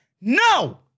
No